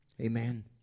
Amen